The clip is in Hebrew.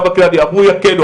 אמרו יקלו,